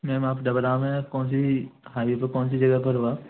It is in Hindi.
मैम आप डबरा में कौनसी हाईवे पे कौनसी जगह पर हो आप